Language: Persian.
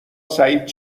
سعید